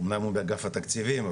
אמנם הוא באגף התקציבים,